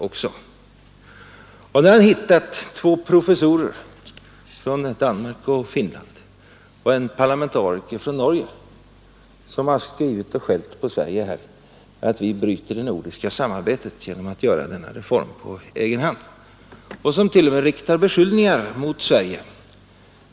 Han har hittat två professorer från Danmark och Finland och en parlamentariker från Norge som har skrivit och skällt på Sverige för att vi bryter det nordiska samarbetet genom att göra denna reform på egen hand och som riktar ganska grava beskyllningar mot Sverige.